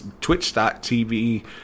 twitch.tv